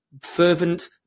fervent